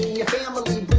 your family